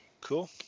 cool